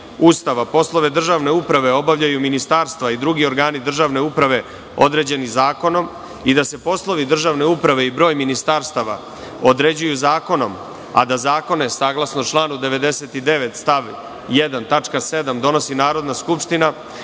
Ustava, poslove državne uprave obavljaju ministarstva i drugi organi državne uprave određeni zakonom i da se poslovi državne uprave i broj ministarstava određuju zakonom, a da zakone saglasno članu 99. stav 1. tačka 7) donosi Narodna skupština,